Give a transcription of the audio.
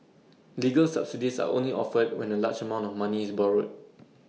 legal subsidies are only offered when A large amount of money is borrowed